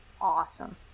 awesome